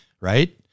right